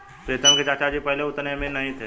प्रीतम के चाचा जी पहले उतने अमीर नहीं थे